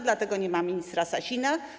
Dlatego nie ma ministra Sasina.